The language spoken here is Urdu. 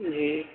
جی